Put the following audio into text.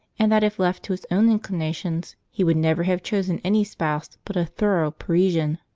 and that if left to his own inclinations he would never have chosen any spouse but a thorough parisienne.